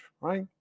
right